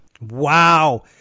Wow